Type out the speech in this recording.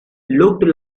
looked